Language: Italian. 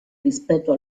rispetto